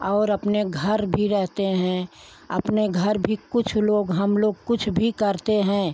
और अपने घर भी रहते हैं अपने घर भी कुछ लोग हम लोग कुछ भी करते हैं